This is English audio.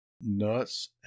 nuts